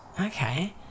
Okay